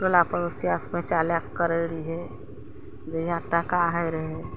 टोला पड़ोसियाके पैचा लएके करै रहियै जहिया टाका होइ रहै